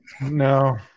no